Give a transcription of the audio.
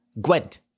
Gwent